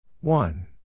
one